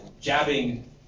jabbing